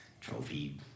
trophy